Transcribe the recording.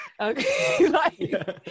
Okay